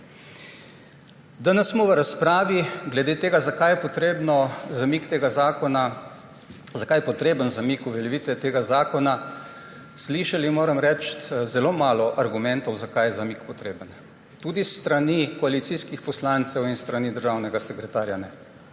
Danes smo v razpravi glede tega, zakaj je potreben zamik uveljavitve tega zakona, slišali, moram reči, zelo malo argumentov, zakaj je zamik potreben. Tudi s strani koalicijskih poslancev in s strani državnega sekretarja ne.